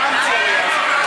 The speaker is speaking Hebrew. הצבעה.